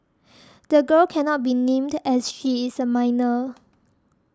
the girl cannot be named as she is a minor